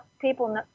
people